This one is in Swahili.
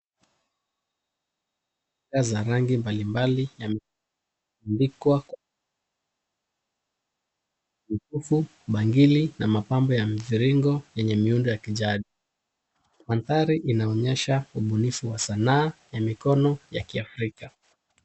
Bidhaa za rangi mbalimbali yameandikwa kwa mikufu, bangili na mapambo ya mviringo yenye miundo ya kijadi. Mandhari inaonyesha ubunifu wa sanaa ya mikono ya kiafrika.